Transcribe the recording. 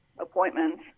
appointments